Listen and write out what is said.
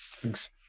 Thanks